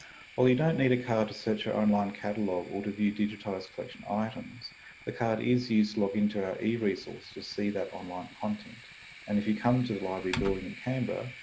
while you don't need a card to search our online catalogue or to view digitised collection items the card is used to log into our eresources to see that online content and if you come to the library building in canberra,